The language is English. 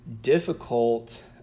difficult